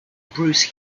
bruce